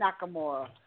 Nakamura